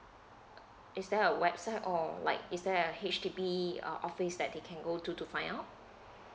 is there a website or like is there a H_D_B uh office that they can go to to find out